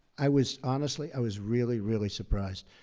i was honestly, i was really, really surprised.